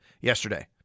yesterday